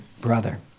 brother